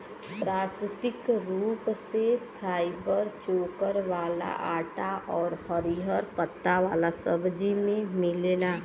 प्राकृतिक रूप से फाइबर चोकर वाला आटा आउर हरिहर पत्ता वाला सब्जी में मिलेला